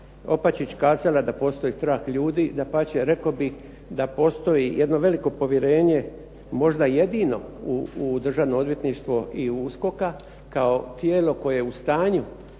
Opačić kazala da postoji strah ljudi. Dapače rekao bih da postoji jedno veliko povjerenje, možda jedino u Državno odvjetništvo i USKOK-a kao tijelo koje je u stanju